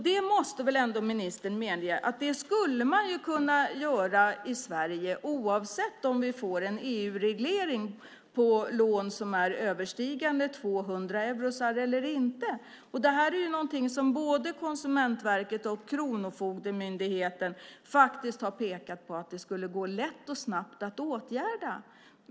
Det måste väl ändå ministern medge skulle kunna göras i Sverige oavsett om vi får en EU-reglering på lån som överstiger 200 euro eller inte. Det här är någonting som både Konsumentverket och Kronofogdemyndigheten faktiskt har pekat på skulle gå lätt och snabbt att åtgärda.